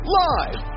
live